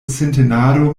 sintenado